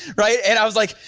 right. and i was like,